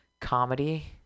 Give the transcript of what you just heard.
comedy